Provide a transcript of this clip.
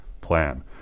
Plan